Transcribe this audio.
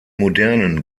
modernen